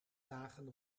dagen